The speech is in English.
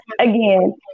again